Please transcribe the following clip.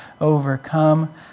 overcome